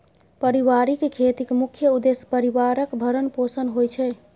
परिबारिक खेतीक मुख्य उद्देश्य परिबारक भरण पोषण होइ छै